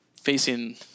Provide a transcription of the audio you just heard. facing